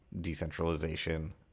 decentralization